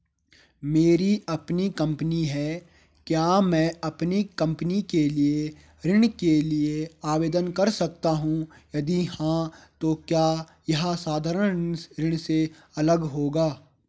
मेरी अपनी कंपनी है क्या मैं कंपनी के लिए ऋण के लिए आवेदन कर सकता हूँ यदि हाँ तो क्या यह साधारण ऋण से अलग होगा?